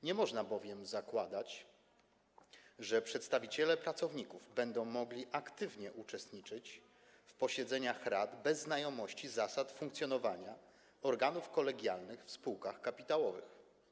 Nie można bowiem zakładać, że przedstawiciele pracowników będą mogli aktywnie uczestniczyć w posiedzeniach rad bez znajomości zasad funkcjonowania organów kolegialnych w spółkach kapitałowych.